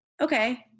okay